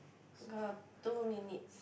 god two minutes